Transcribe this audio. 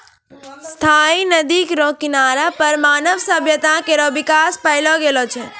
स्थायी नदी केरो किनारा पर मानव सभ्यता केरो बिकास पैलो गेलो छै